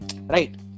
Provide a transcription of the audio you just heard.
Right